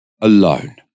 alone